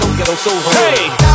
Hey